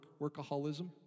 workaholism